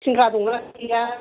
सिंग्रा दंमोन सिंग्रा